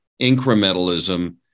incrementalism